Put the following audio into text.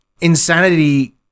insanity